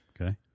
okay